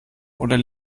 oder